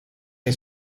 nei